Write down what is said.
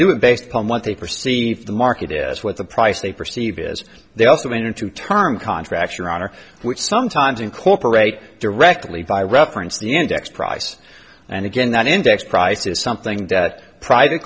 do it based upon what they perceive the market is what the price they perceive is they also in a two term contract your honor which sometimes incorporate directly by reference the index price and again that index price is something that private